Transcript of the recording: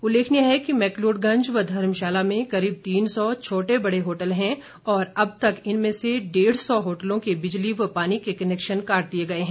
उल्लेखनीय है कि मैक्लोड़गंज व धर्मशाला में करीब तीन सौ छोटे बड़े होटल हैं और अब तक इनमें से डेढ़ सौ होटलों के बिजली व पानी के कनैक्शन काट दिए गए हैं